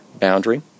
boundary